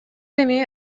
эми